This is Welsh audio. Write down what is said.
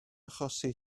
achosi